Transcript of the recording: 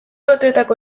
batuetako